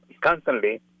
constantly